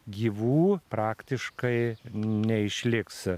gyvų praktiškai neišliks